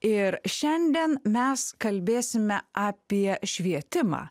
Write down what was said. ir šiandien mes kalbėsime apie švietimą